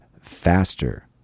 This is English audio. faster